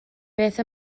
beth